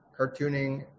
cartooning